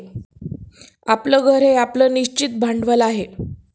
आपलं घर हे आपलं निश्चित भांडवल आहे